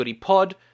Pod